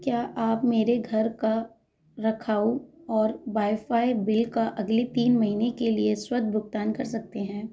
क्या आप मेरे घर का रखाव और वाईफ़ाई बिल का अगली तीन महीन के लिए स्वतः भुगतान कर सकते हैं